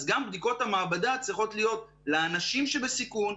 אז גם בדיקות המעבדה צריכות להיות לאנשים שבסיכון,